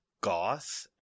goth